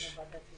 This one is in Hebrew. גם יש.